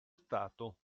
stato